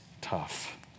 tough